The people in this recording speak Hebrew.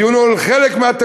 הדיון הוא על חלק מהתקציב,